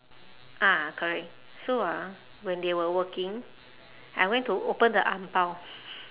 ah correct so ah when they were working I went to open the ang bao